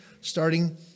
starting